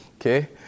Okay